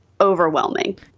overwhelming